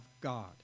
God